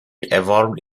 evolved